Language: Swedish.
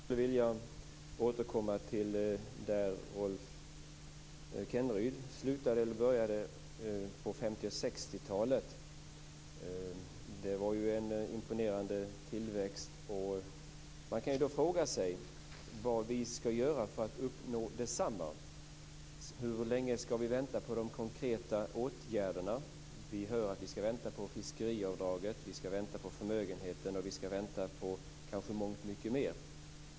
Herr talman! Jag skulle vilja återkomma dit där Rolf Kenneryd började, på 50 och 60-talet. Det var en imponerande tillväxt. Man kan fråga sig vad vi skall göra för att uppnå detsamma. Hur länge skall vi vänta på de konkreta åtgärderna? Vi hör att vi skall vänta på fiskeriavdraget, vi skall vänta på förmögenhetsskatteändringen och kanske mångt mycket mer.